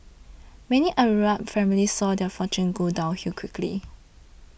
many Arab families saw their fortunes go downhill quickly